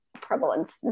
prevalence